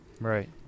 Right